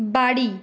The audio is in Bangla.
বাড়ি